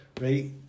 Right